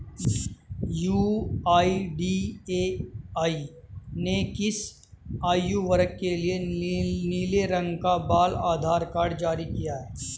UIDAI ने किस आयु वर्ग के लिए नीले रंग का बाल आधार कार्ड जारी किया है?